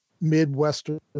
Midwestern